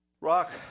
rock